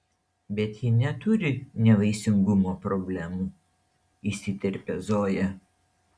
bet ji neturi nevaisingumo problemų įsiterpia zoja